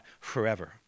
forever